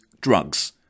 drugs